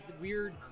weird